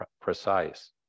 precise